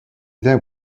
then